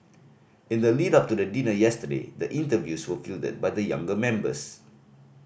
in the lead up to the dinner yesterday the interviews were fielded by the younger members